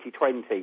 2020